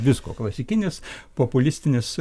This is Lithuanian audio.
visko klasikinis populistinis